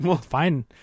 fine